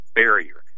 barrier